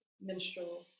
minstrel